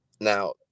now